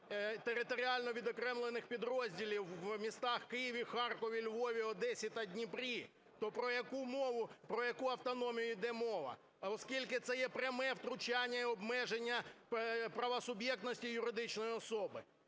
територіально відокремлених підрозділів у містах Києві, Харкові, Львові, Одесі ті Дніпрі, то про яку автономію йде мова, оскільки це є пряме втручання і обмеження правосуб'єктності юридичної особи.